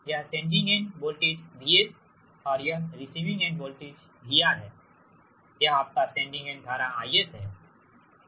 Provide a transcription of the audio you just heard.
यह sending end voltage VS और यह रिसिविंग एंड वोल्टेज VR है यह आपका सेंडिंग एंड धारा IS है